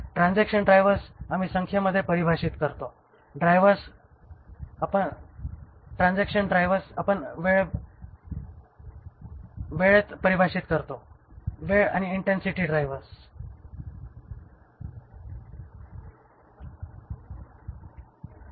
transaction drivers आम्ही संख्येमध्ये परिभाषित करतो ड्युरेशन ड्रायव्हर्स आपण वेळेत परिभाषित करतो आणि इंटेन्सिटी ड्राइव्हर्स्